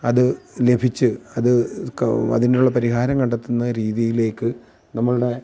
അതു ലഭിച്ച് അത് അതിനുള്ള പരിഹാരം കണ്ടെത്തുന്ന രീതിയിലേക്ക് നമ്മളുടെ